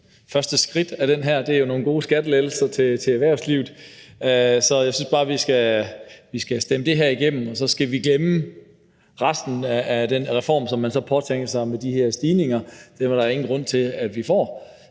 første skridt af det her – det er jo nogle gode skattelettelser til erhvervslivet. Så jeg synes bare, at vi skal stemme det her igennem, og så skal vi glemme resten af den reform, som man så påtænker med de her stigninger – dem er der ingen grund til at vi får.